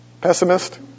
pessimist